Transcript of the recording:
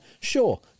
sure